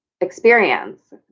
experience